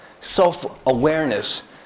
self-awareness